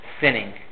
sinning